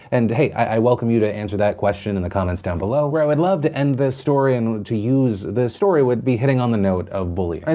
and hey, i welcome you to answer that question in the comments down below. where i would love to end this story, and to use this story, would be hitting on the note of bullying.